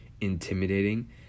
intimidating